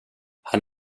han